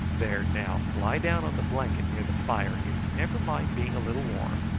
there, now, lie down on the blanket near the fire here, never mind being a little warm,